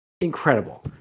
Incredible